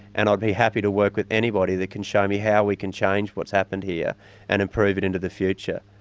and i'd be happy to work with anybody that can show me how we can change what's happened here and improve it into the future.